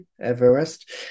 Everest